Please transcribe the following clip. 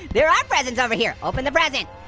there are presents over here. open the present.